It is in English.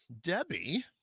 Debbie